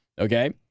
Okay